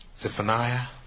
Zephaniah